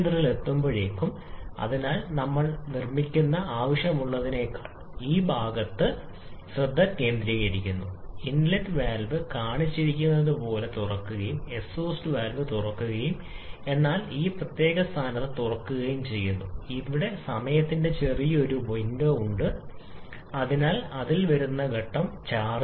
മൂല്യം എന്തായാലും വായു നമുക്ക് പറയാം നിർദ്ദിഷ്ട താപത്തെക്കുറിച്ച് സംസാരിക്കുകയാണെങ്കിൽ വായുവിന്റെ പ്രത്യേക താപം എന്തായാലും കാർബൺ ഡൈ ഓക്സൈഡിന്റെയും ജലബാഷ്പത്തിന്റെയും മിശ്രിതത്തിന് വളരെ വ്യത്യസ്തമായ മൂല്യമുണ്ടാകാം ആപേക്ഷിക താപം